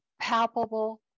palpable